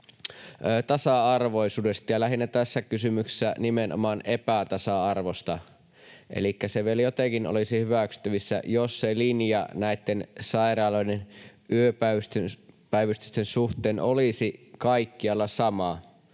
tasa-arvoisuudesta ja tässä kysymyksessä lähinnä, nimenomaan epätasa-arvosta. Elikkä se vielä jotenkin olisi hyväksyttävissä, jos se linja näitten sairaaloiden yöpäivystysten suhteen olisi kaikkialla sama.